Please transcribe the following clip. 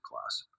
class